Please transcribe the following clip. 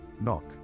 knock